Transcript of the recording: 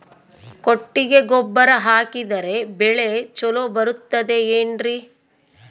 ಕೊಟ್ಟಿಗೆ ಗೊಬ್ಬರ ಹಾಕಿದರೆ ಬೆಳೆ ಚೊಲೊ ಬರುತ್ತದೆ ಏನ್ರಿ?